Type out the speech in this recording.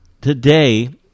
today